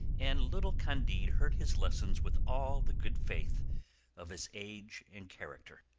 and little candide heard his lessons with all the good faith of his age and character.